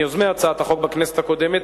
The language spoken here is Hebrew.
מיוזמי הצעת החוק בכנסת הקודמת,